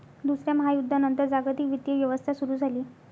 दुसऱ्या महायुद्धानंतर जागतिक वित्तीय व्यवस्था सुरू झाली